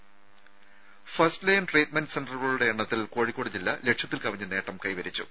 ദേദ first line treatment സെന്ററുകളുടെ എണ്ണത്തിൽ കോഴിക്കോട് ജില്ല ലക്ഷ്യത്തിൽ കവിഞ്ഞ നേട്ടം കൈവരിച്ചു